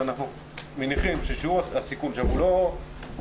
אנחנו מניחים ששיעור הסיכון בהם הוא